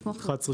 11 שנה.